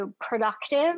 productive